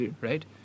Right